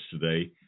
today